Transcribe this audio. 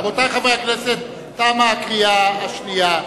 רבותי חברי הכנסת, תמה הקריאה השנייה.